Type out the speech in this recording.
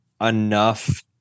enough